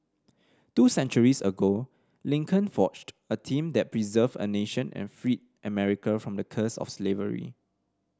two centuries ago Lincoln forged a team that preserved a nation and freed America from the curse of slavery